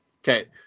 Okay